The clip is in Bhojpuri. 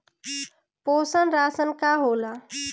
पोषण राशन का होला?